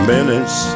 Minutes